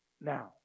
now